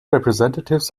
representatives